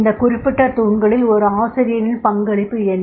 இந்த குறிப்பிட்ட தூண்களில் ஒரு ஆசிரியரின் பங்களிப்பு என்ன